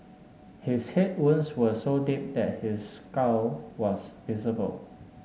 his head wounds were so deep that his skull was visible